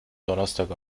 donnerstag